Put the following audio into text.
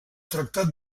tractat